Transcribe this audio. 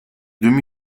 demi